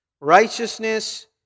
righteousness